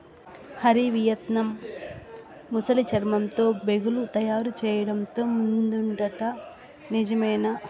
Hari, Vietnam ముసలి చర్మంతో బేగులు తయారు చేయడంతో ముందుందట నిజమేనా